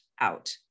out